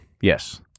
Yes